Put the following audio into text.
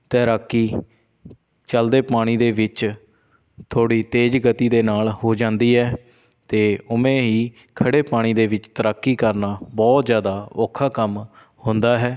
ਤੈਰਾਕੀ ਚੱਲਦੇ ਪਾਣੀ ਦੇ ਵਿੱਚ ਥੋੜ੍ਹੀ ਤੇਜ਼ ਗਤੀ ਦੇ ਨਾਲ ਹੋ ਜਾਂਦੀ ਹੈ ਅਤੇ ਉਵੇਂ ਹੀ ਖੜ੍ਹੇ ਪਾਣੀ ਦੇ ਵਿੱਚ ਤੈਰਾਕੀ ਕਰਨਾ ਬਹੁਤ ਜ਼ਿਆਦਾ ਔਖਾ ਕੰਮ ਹੁੰਦਾ ਹੈ